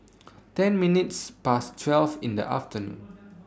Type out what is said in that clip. ten minutes Past twelve in The afternoon